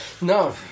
no